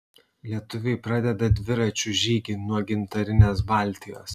lietuviai pradeda dviračių žygį nuo gintarinės baltijos